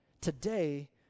Today